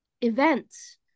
events